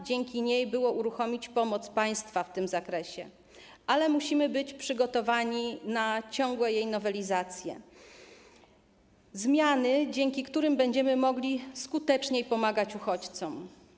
Dzięki niej można było uruchomić pomoc państwa w tym zakresie, ale musimy być przygotowani na ciągłe jej nowelizacje, zmiany, dzięki którym będziemy mogli skuteczniej pomagać uchodźcom.